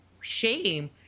shame